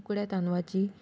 उकड्या तांदळाची